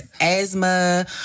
asthma